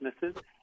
businesses